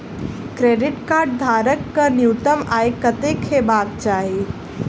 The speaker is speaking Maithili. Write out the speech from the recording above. क्रेडिट कार्ड धारक कऽ न्यूनतम आय कत्तेक हेबाक चाहि?